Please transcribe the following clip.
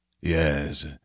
Yes